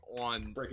on